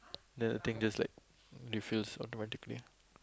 then the thing just like refills automatically